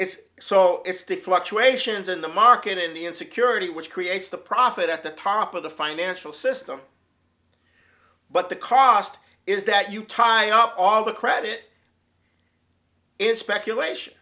is so if the fluctuations in the market in the insecurity which creates the profit at the top of the financial system but the cost is that you tie up all the credit in speculation